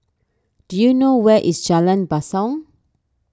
do you know where is Jalan Basong